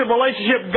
relationship